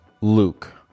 Luke